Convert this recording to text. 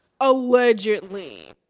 Allegedly